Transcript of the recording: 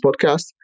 Podcast